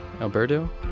Alberto